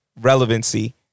relevancy